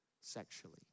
sexually